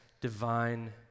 divine